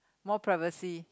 more privacy